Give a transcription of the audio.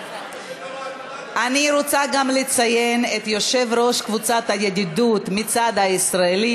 אני רוצה גם לציין את יושב-ראש קבוצת הידידות מהצד הישראלי,